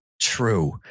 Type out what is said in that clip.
true